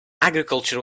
agriculture